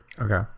Okay